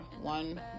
one